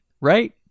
right